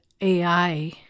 AI